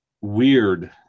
weird